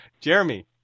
Jeremy